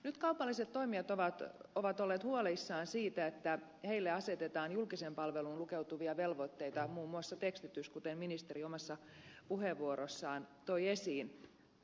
nyt kaupalliset toimijat ovat olleet huolissaan siitä että heille asetetaan julkiseen palveluun lukeutuvia velvoitteita muun muassa tekstitys kuten ministeri omassa puheenvuorossaan toi esiin